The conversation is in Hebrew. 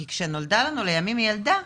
כי כשנולדה לנו לימים ילדה,